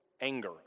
anger